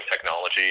technology